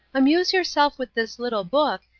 amuse yourself with this little book,